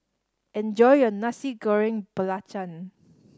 enjoy your Nasi Goreng Belacan